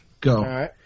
Go